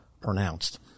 pronounced